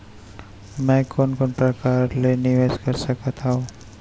मैं कोन कोन प्रकार ले निवेश कर सकत हओं?